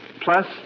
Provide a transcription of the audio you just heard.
plus